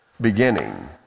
beginning